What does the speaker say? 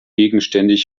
gegenständig